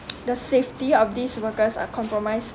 the safety of these workers are compromised